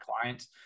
clients